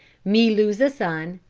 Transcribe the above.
me lose a son,